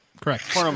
Correct